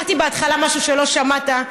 אמרתי בהתחלה משהו שלא שמעת.